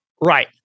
Right